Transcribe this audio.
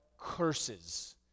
curses